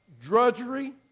drudgery